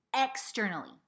externally